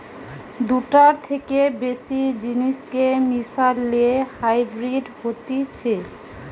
দুটার থেকে বেশি জিনিসকে মিশালে হাইব্রিড হতিছে